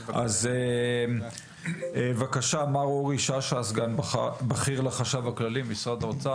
אז בבקשה מר אורי שאשא סגן בכיר לחשב הכללי משרד האוצר,